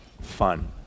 fun